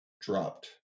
dropped